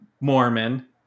Mormon